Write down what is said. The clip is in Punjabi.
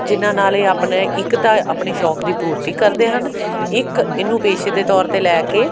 ਜਿਨ੍ਹਾਂ ਨਾਲ ਇਹ ਆਪਣੇ ਇੱਕ ਤਾਂ ਆਪਣੇ ਸ਼ੌਕ ਦੀ ਪੂਰਤੀ ਕਰਦੇ ਹਨ ਇੱਕ ਇਹਨੂੰ ਪੇਸ਼ੇ ਦੇ ਤੌਰ 'ਤੇ ਲੈ ਕੇ